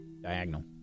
diagonal